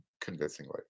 convincingly